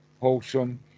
wholesome